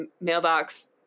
mailbox